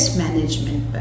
management